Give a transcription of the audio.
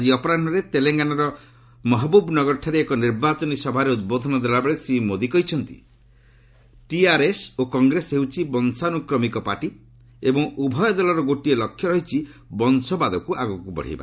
ଆଜି ଅପରାହୁରେ ତେଲଙ୍ଗାନାର ମହବ୍ରବ୍ ନଗରଠାରେ ଏକ ନିର୍ବାଚନୀ ସଭାରେ ଉଦ୍ବୋଧନ ଦେଲାବେଳେ ଶ୍ରୀ ମୋଦି କହିଛନ୍ତି ଟିଆର୍ଏସ୍ ଓ କଂଗ୍ରେସ ହେଉଛି ବଂଶାନୁକ୍ରମିକ ପାର୍ଟି ଏବଂ ଉଭୟ ଦଳର ଗୋଟିଏ ଲକ୍ଷ୍ୟ ରହିଛି ବଂଶବାଦକୁ ଆଗକୁ ବଢ଼ାଇବା